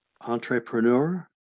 entrepreneur